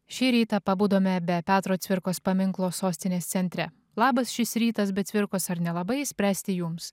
šį rytą pabudome be petro cvirkos paminklo sostinės centre labas šis rytas be cvirkos ar nelabai spręsti jums